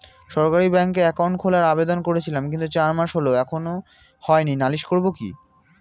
সরকারি ব্যাংকে একাউন্ট খোলার আবেদন করেছিলাম কিন্তু চার মাস হল এখনো হয়নি নালিশ করব কি?